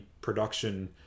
production